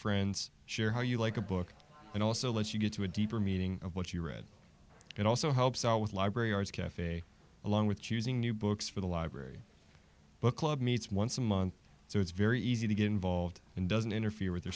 friends share how you like a book and also lets you get to a deeper meaning of what you read and also helps out with libraries caf along with choosing new books for the library book club meets once a month so it's very easy to get involved and doesn't interfere with